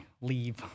leave